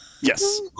Yes